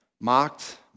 mocked